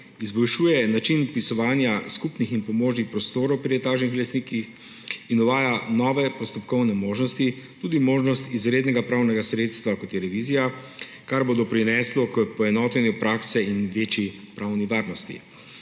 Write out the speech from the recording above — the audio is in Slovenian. izboljšuje način vpisovanja skupnih in pomožnih prostorov pri etažnih lastnikih in uvaja nove postopkovne možnosti, tudi možnost izrednega pravnega sredstva, kot je revizija, kar bo doprineslo k poenotenju prakse in večji pravni varnosti.